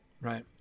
right